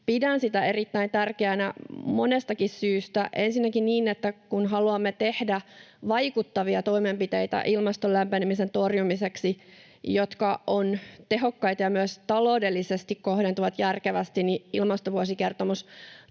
pidän sitä erittäin tärkeänä monestakin syystä. Ensinnäkin, kun haluamme tehdä ilmaston lämpenemisen torjumiseksi vaikuttavia toimenpiteitä, jotka ovat tehokkaita ja myös taloudellisesti kohdentuvat järkevästi, niin ilmastovuosikertomus